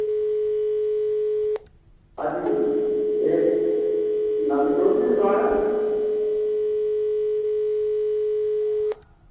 हां जी एह् नंद किशोर दी दकान ऐ